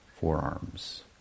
forearms